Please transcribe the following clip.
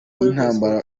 y’intambara